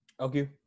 Okay